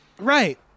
Right